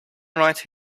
right